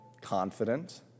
confident